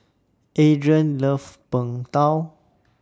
Adrain loves Png Tao